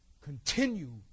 continue